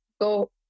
go